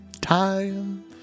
Time